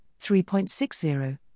3.60